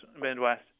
Midwest